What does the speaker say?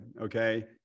Okay